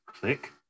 click